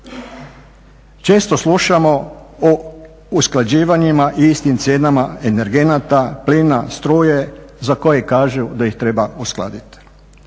Često slušamo o usklađivanjima i istim cijenama energenata, plina, struje za koje kažu da ih treba uskladiti.